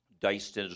diced